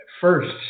first